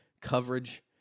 coverage